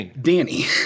Danny